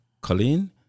Colleen